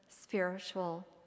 spiritual